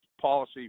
policy